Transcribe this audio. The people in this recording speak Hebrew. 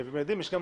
יש פה גם